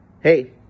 hey